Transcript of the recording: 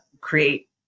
create